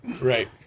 Right